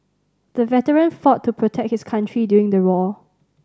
the veteran fought to protect his country during the war